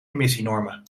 emissienormen